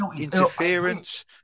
interference